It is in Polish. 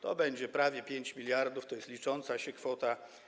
To będzie prawie 5 mld, to jest licząca się kwota.